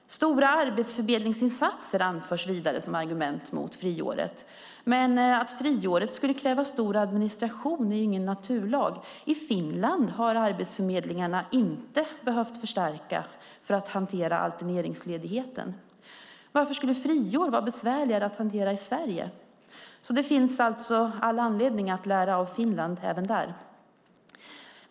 Stora arbetsförmedlingsinsatser anförs vidare som ett argument mot friåret. Men att friåret skulle kräva stor administration är ingen naturlag - i Finland har arbetsförmedlingarna inte behövt förstärka för att hantera alterneringsledigheten. Varför skulle friår vara besvärligare att hantera i Sverige? Det finns alltså all anledning att lära av Finland även där.